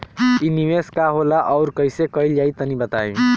इ निवेस का होला अउर कइसे कइल जाई तनि बताईं?